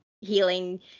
healing